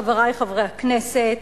חברי חברי הכנסת,